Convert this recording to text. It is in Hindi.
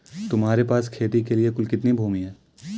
तुम्हारे पास खेती के लिए कुल कितनी भूमि है?